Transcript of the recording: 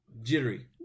jittery